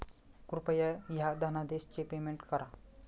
कृपया ह्या धनादेशच पेमेंट करा